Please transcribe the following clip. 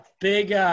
Big